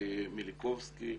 מיליקובסקי,